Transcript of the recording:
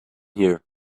here